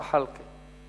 חבר הכנסת זחאלקה.